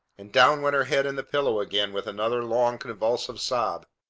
and down went her head in the pillow again with another long, convulsive sob.